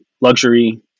Luxury